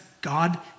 God